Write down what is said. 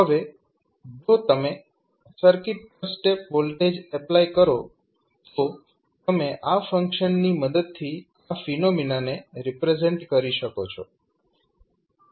હવે જો તમે સર્કિટ પર સ્ટેપ વોલ્ટેજ એપ્લાય કરો તો તમે આ ફંક્શનની મદદથી આ ફિનોમિનાને રિપ્રેઝેન્ટ કરી શકો છો